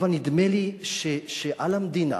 אבל נדמה לי שעל המדינה,